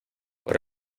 por